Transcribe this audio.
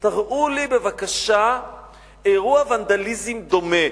תראו לי בבקשה אירוע ונדליזם דומה.